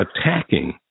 attacking